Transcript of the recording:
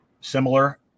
similar